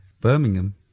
Birmingham